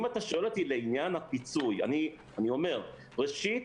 אם אתה שואל אותי לעניין הפיצוי, אני אומר, ראשית,